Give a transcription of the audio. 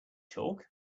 talk